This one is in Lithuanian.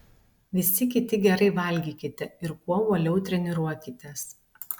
visi kiti gerai valgykite ir kuo uoliau treniruokitės